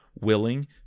willing